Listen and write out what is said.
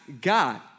God